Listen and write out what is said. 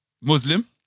Muslim